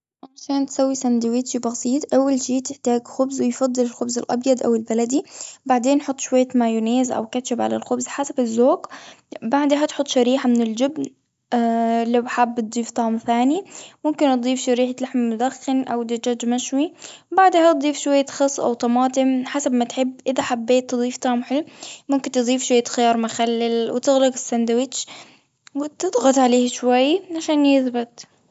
عشان تسوي ساندويتش بسيط. أول شي تحتاج خبز، ويفضل الخبز الأبيض أو البلدي. بعدين حط شوية مايونيز أو كاتشب على الخبز، حسب الذوق، بعدها تحط شريحة من الجبن. لو حابة تضيف طعم ثاني، ممكن تضيف شريحة لحم مدخن، أو دجاج مشوي. بعدها تضيف شوية خسّ، أو طماطم، حسب ما تحب. إذا حبيت تضيف طعم حلو، ممكن تضيف شوية خيار مخلل. وتغلق الساندويتش، وتضغط عليه شوية عشان يثبت.